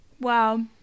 Wow